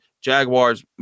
Jaguars